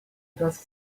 got